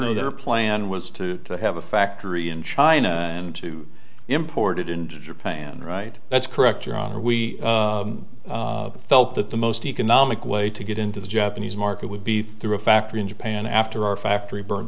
know their plan was to have a factory in china and to import it into japan right that's correct your honor we felt that the most economical way to get into the japanese market would be through a factory in japan after our factory burned